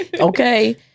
Okay